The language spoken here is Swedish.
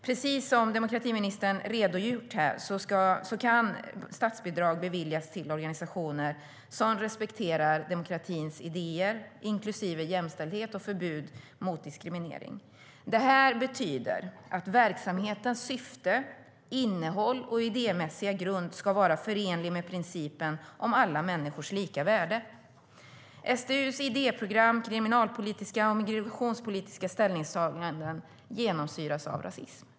Precis som demokratiministern redogjort här kan statsbidrag beviljas till organisationer som respekterar demokratins idéer, inklusive jämställdhet och förbud mot diskriminering. Det betyder att verksamhetens syfte, innehåll och idémässiga grund ska vara förenlig med principen om alla människors lika värde. SDU:s idéprogram och kriminalpolitiska och migrationspolitiska ställningstaganden genomsyras av rasism.